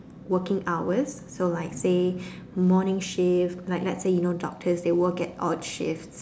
working hours so like say morning shift like let's say you know doctors they work at odd shifts